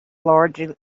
largely